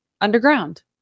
underground